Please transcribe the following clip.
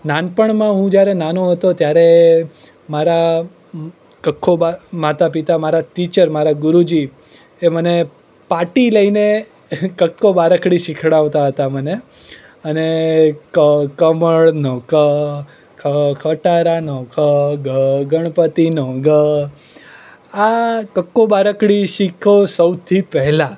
નાનપણમાં હું જ્યારે નાનો હતો ત્યારે મારા કક્કો માતા પિતા મારા ટીચર મારા ગુરૂજીએ મને પાટી લઈને કક્કો બારાખડી શીખડાવતા હતા મને અને કમળ નો ક ખ ખટારા નો ખ ગ ગણપતિ નો ગ આ કક્કો બારાખડી શીખ્યો સૌથી પહેલાં